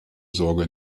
sorge